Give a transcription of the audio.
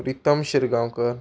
Pritam Shirgaonkar